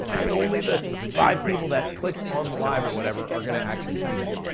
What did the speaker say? and only the five people that clicked on live or whatever are gonna actually see that.